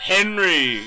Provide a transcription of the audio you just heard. Henry